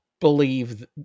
believe